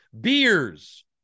beers